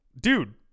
dude